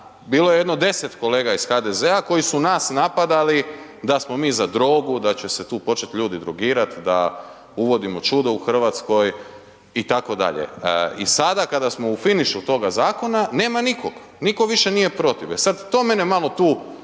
bilo je jedno 10 kolega iz HDZ-a koji su nas napadali da smo mi za drogu, da će se tu počet ljudi drogirat, da uvodimo čudo u Hrvatskoj itd. I sada kada smo u finišu toga zakona, nema nikog, nitko više nije protiv, e sad to mene malo tu